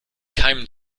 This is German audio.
keimen